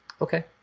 okay